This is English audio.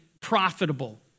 profitable